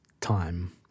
time